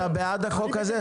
אתה בעד החוק הזה?